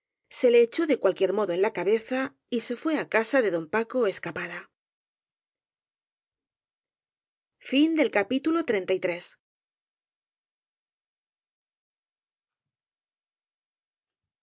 se le echó de cualquier modo en la cabeza y se fué á casa de don paco escapada